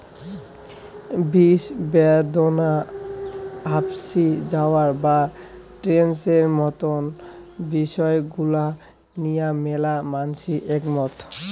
বিষব্যাদনা, হাপশি যাওয়া বা স্ট্রেসের মতন বিষয় গুলা নিয়া ম্যালা মানষি একমত